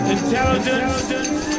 intelligence